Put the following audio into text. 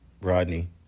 Rodney